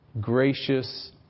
gracious